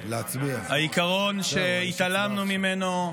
העיקרון שהתעלמנו ממנו,